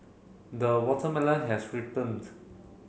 the watermelon has